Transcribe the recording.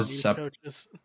separate